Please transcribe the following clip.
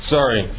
Sorry